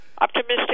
Optimistic